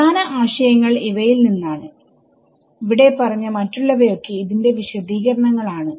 പ്രധാന ആശയങ്ങൾ ഇവയിൽ നിന്നാണ്ഇവിടെ പറഞ്ഞ മറ്റുള്ളവയൊക്കെ ഇതിന്റെ വിശദീകരണങ്ങൾ ആണ്